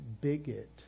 bigot